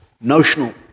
Notional